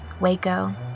Waco